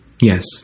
Yes